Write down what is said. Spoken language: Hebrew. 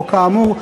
או כאמור,